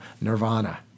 nirvana